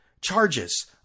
charges